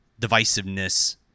divisiveness